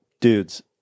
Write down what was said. dudes